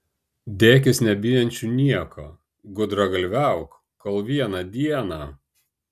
dėkis nebijančiu nieko gudragalviauk kol vieną dieną